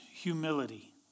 humility